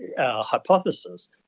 hypothesis